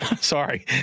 sorry